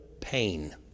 pain